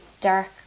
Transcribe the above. dark